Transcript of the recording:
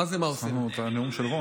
איך מתמודדים?